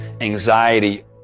anxiety